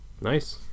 nice